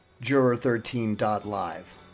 Juror13.live